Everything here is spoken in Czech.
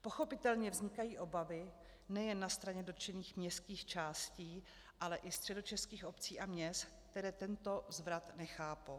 Pochopitelně vznikají obavy nejen na straně dotčených městských částí, ale i středočeských obcí a měst, které tento zvrat nechápou.